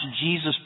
Jesus